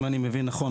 אם אני מבין נכון,